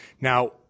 Now